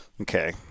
Okay